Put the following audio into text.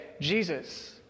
Jesus